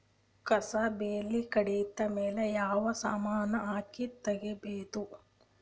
ಕಸಾ ಬೇಲಿ ಕಡಿತ ಮೇಲೆ ಯಾವ ಸಮಾನ ಹಾಕಿ ತಗಿಬೊದ?